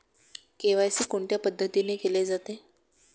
KYC कोणत्या पद्धतीने केले जाते?